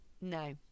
No